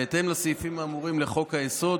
בהתאם לסעיפים האמורים לחוק-היסוד,